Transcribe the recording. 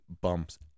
bumps